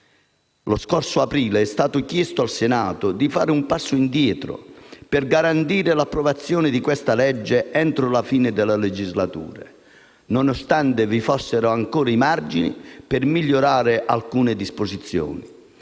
Lo scorso aprile è stato chiesto al Senato di fare un passo indietro per garantire l'approvazione del provvedimento in esame entro la fine della legislatura, nonostante vi fossero ancora i margini per migliorare alcune disposizioni.